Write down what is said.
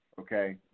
okay